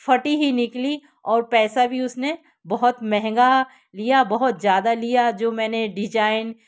फटी ही निकली और पैसा भी उसने बहुत महँगा लिया बहुत ज़्यादा लिया जो मैंने डिजाइन